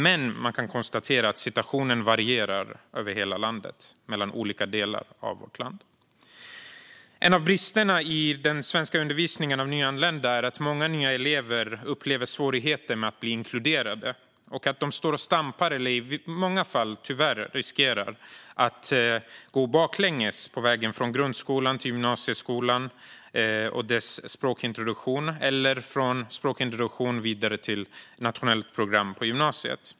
Men man kan konstatera att situationerna ser olika ut i olika delar av vårt land. En av bristerna i den svenska undervisningen av nyanlända är att många nya elever upplever svårigheter med att bli inkluderade och att de står och stampar eller i många fall tyvärr riskerar att gå baklänges på vägen från grundskolan till gymnasieskolan och språkintroduktionen där, eller från språkintroduktion och vidare till nationellt program på gymnasiet.